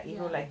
ya